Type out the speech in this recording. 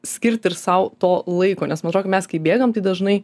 skirt ir sau to laiko nes man atrodo kai mes kai bėgam tai dažnai